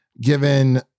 given